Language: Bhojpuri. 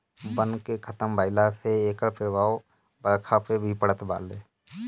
वन के खतम भइला से एकर प्रभाव बरखा पे भी पड़त बाटे